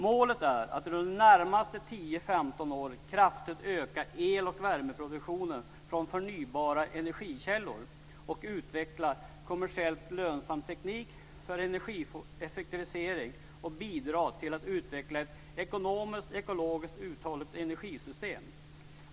Målet är att under de närmaste 10-15 åren kraftigt öka el och värmeproduktionen från förnybara energikällor, utveckla kommersiellt lönsam teknik för energieffektivisering och bidra till att utveckla ett ekonomiskt och ekologiskt uthålligt energisystem.